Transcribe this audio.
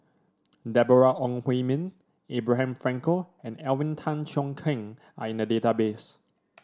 Deborah Ong Hui Min Abraham Frankel and Alvin Tan Cheong Kheng are in the database